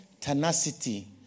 tenacity